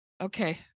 Okay